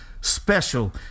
special